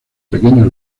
pequeños